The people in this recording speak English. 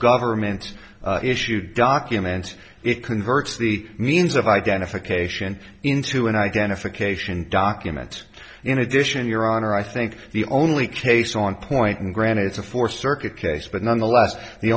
government issued document it converts the means of identification into an identification documents in addition your honor i think the only case on point and granted it's a fourth circuit case but nonetheless the